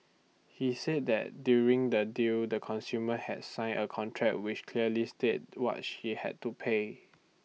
he said that during the deal the consumer had sign A contract which clearly state what she had to pay